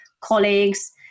colleagues